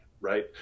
right